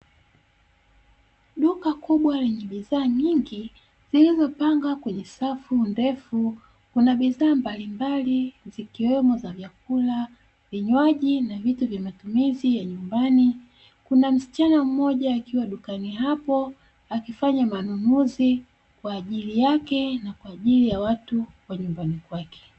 Duka kubwa lenye bidhaa nyingi zilizopangwa kwenye safu ndefu; kuna bidhaa mbalimbali zikiwemo za vyakula, vinywaji na vitu vya matumizi ya nyumbani, kuna msichana mmoja akiwa dukani hapo akifanya manunuzi kwa ajili yake na kwa ajili ya watu wa nyumbani kwake.